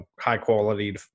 high-quality